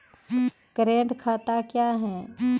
Current खाता क्या हैं?